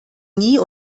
nie